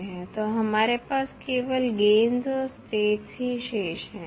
तो हमारे पास केवल गेन्स और स्टेट्स ही शेष हैं